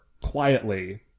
quietly